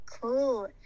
Cool